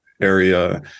area